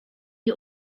you